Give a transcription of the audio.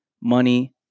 money